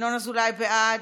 ינון אזולאי, בעד,